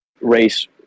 race